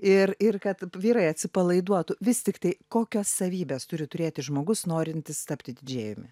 ir ir kad vyrai atsipalaiduotų vis tiktai kokias savybes turi turėti žmogus norintis tapti didžėjumi